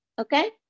okay